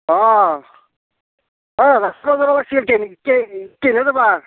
অঁ অঁ ৰাস চাব যাব লাগছিল কে কেনেকে কিহেৰে যাবা